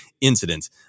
incidents